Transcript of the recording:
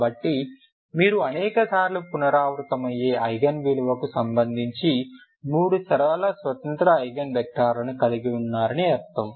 కాబట్టి మీరు అనేక సార్లు పునరావృతమయ్యే ఐగెన్ విలువకు సంబంధించిన మూడు సరళ స్వతంత్ర ఐగెన్ వెక్టర్లను కలిగి ఉన్నారని అర్థం